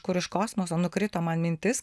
kur iš kosmoso nukrito man mintis